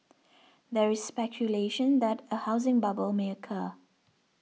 there is speculation that a housing bubble may occur